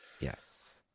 yes